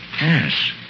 Yes